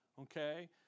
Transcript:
Okay